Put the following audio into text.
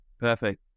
Perfect